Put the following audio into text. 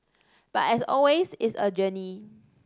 but as always it's a journey